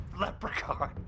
leprechaun